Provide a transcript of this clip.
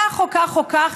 כך או כך או כך,